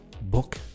book